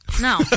No